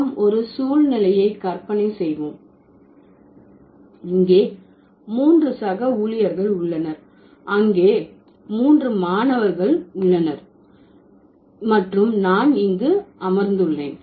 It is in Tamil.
நாம் ஒரு சூழ்நிலையை கற்பனை செய்வோம் இங்கே மூன்று சக ஊழியர்கள் உள்ளனர் அங்கே மூன்று மாணவர்கள் உள்ளனர் மற்றும் நான் இங்கு அமர்ந்துள்ளேன்